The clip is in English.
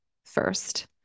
first